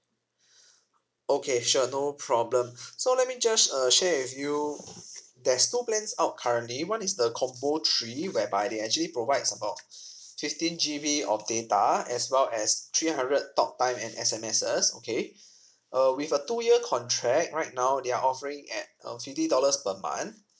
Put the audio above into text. okay sure no problem so let me just uh share with you there's two plans out currently one is the combo three whereby they actually provides about fifteen G_B of data as well as three hundred talktime and S_M_Ses okay uh with a two year contract right now they are offering at uh fifty dollars per month